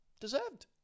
Deserved